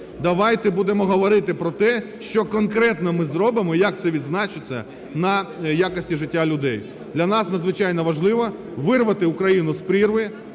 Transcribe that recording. давайте будемо говорити про те, що конкретно ми зробимо і як це відзначиться на якості життя людей. Для нас надзвичайно важливо вирвати Україну з прірви,